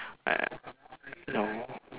uh no